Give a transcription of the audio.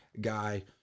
guy